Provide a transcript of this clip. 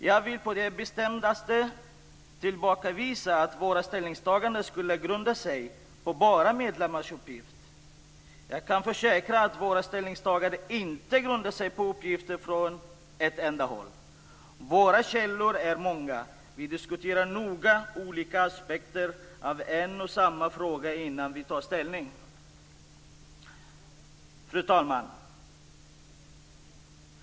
Jag vill på det bestämdaste tillbakavisa att våra ställningstaganden skulle grunda sig bara på medlemmars uppgifter. Jag kan försäkra att våra ställningstaganden inte grundar sig på uppgifter från ett enda håll. Våra källor är många. Vi diskuterar noga olika aspekter av en och samma fråga innan vi tar ställning. Fru talman!